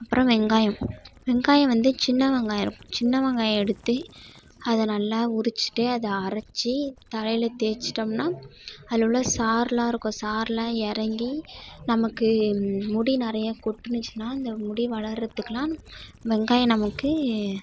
அப்புறம் வெங்காயம் வந்து சின்ன வெங்காயம் சின்ன வெங்காயம் எடுத்து அதை நல்லா உறிச்சிட்டு அதை அரைச்சி தலையில் தேய்ச்சிட்டோம்னா அதில் உள்ள சாறுலாம் இருக்கும் அதில் சாறுலாம் இறங்கி நமக்கு முடி நிறையா கொட்டுனுச்சுனால் அந்த முடி வளர்றத்துக்கெலாம் வெங்காயம் நமக்கு